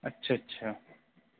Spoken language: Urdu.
اچھا اچھا